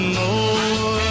more